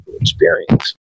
experience